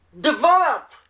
develop